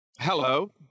Hello